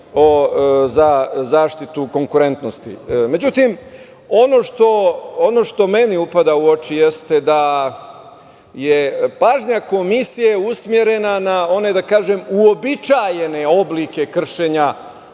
za zaštitu konkurentnosti. Ono što meni upada u oči jeste da je pažnja Komisije usmerena na one uobičajene oblike kršenja